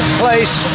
place